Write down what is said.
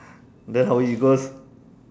then how it goes